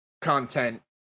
content